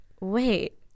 wait